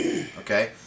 Okay